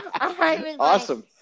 Awesome